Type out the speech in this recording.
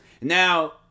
now